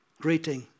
greeting